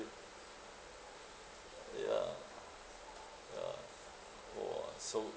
ya ya !wah! so